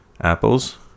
apples